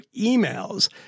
emails